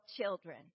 children